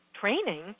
Training